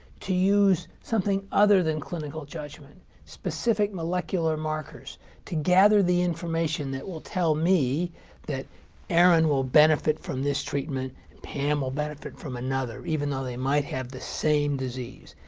to use something other than clinical judgment specific molecular markers to gather the information that will tell me that aaron will benefit from this treatment and pam will benefit from another, even though they might have the same disease.